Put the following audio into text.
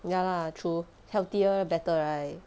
ya lah true healthier better right